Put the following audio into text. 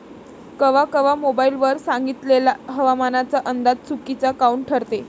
कवा कवा मोबाईल वर सांगितलेला हवामानाचा अंदाज चुकीचा काऊन ठरते?